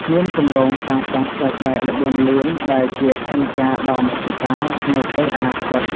មានគម្រោងសាងសង់ផ្លូវដែកល្បឿនលឿនដែលជាផែនការដ៏មហិច្ឆតានៅពេលអនាគត។